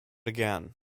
again